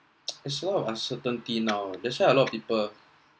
there's lots of uncertainty now that's why a lot of people